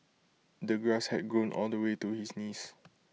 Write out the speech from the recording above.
the grass had grown all the way to his knees